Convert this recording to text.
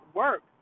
work